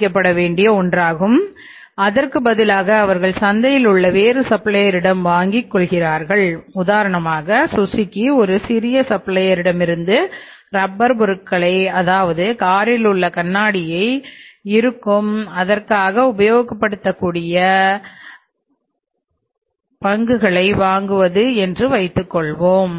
கியர்பாக்ஸை இடமிருந்து ரப்பர் பொருட்களை அதாவது காரில் உள்ள கண்ணாடியை இருக்கும் அதற்காக உபயோகப்படுத்தக்கூடிய பகுதிகள் வாங்குவது என்று வைத்துக்கொள்வோம்